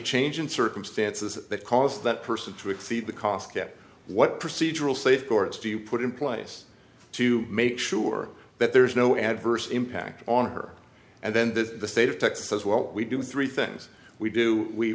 change in circumstances that caused that person to exceed the cost cap what procedural safeguards do you put in place to make sure that there's no adverse impact on her and then that the state of texas says well we do three things we do we